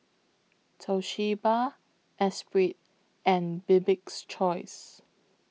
Toshiba Esprit and Bibik's Choice